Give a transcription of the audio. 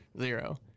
Zero